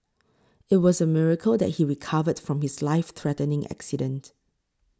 it was a miracle that he recovered from his life threatening accident